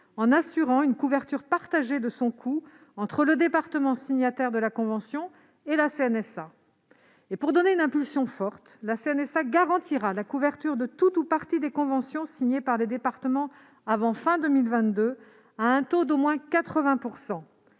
en assurant une couverture partagée de son coût entre le département, signataire de la convention, et la CNSA. Pour donner une impulsion forte, la CNSA garantira la couverture de tout ou partie des conventions signées par les départements avant fin 2022 à un taux d'au moins 80 %.